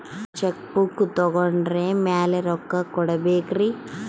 Check book ತೊಗೊಂಡ್ರ ಮ್ಯಾಲೆ ರೊಕ್ಕ ಕೊಡಬೇಕರಿ?